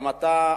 אם אתה,